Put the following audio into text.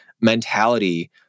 mentality